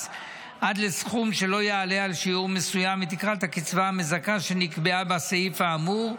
עד לסכום שלא יעלה על שיעור מסוים מתקרת הקצבה המזכה שנקבעה בסעיף האמור.